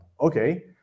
Okay